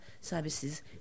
services